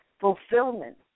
fulfillment